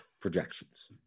projections